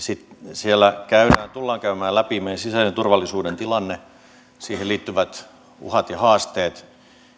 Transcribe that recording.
siellä tullaan käymään läpi meidän sisäisen turvallisuuden tilanne siihen liittyvät uhat ja haasteet